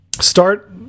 Start